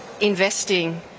investing